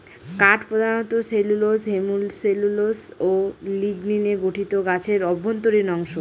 কাঠ প্রধানত cellulose hemicellulose ও লিগনিনে গঠিত গাছের অভ্যন্তরীণ অংশ